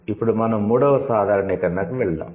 ఇప్పుడు మనం 3 వ సాధారణీకరణకు వెళ్దాం